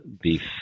beef